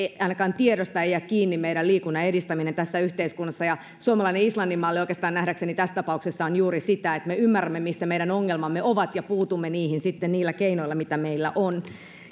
ainakaan tiedosta ei jää kiinni meidän liikunnan edistäminen tässä yhteiskunnassa suomalainen islannin malli oikeastaan nähdäkseni tässä tapauksessa on juuri sitä että me ymmärrämme missä meidän ongelmamme ovat ja puutumme niihin sitten niillä keinoilla mitä meillä on